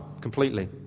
completely